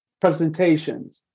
presentations